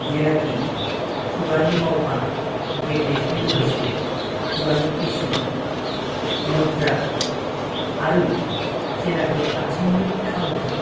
जेनोखि खुगानि मावफानाय मेथायजों लोगोसे खुगानि फेसन मुद्रा आरो जेनोखि आथिंनि थालफोर